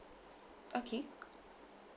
okay